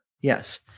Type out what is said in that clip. Yes